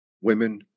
women